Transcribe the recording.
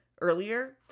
earlier